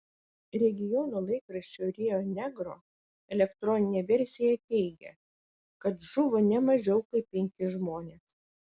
regiono laikraščio rio negro elektroninė versija teigia kad žuvo ne mažiau kaip penki žmonės